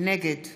נגד